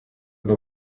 eine